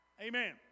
Amen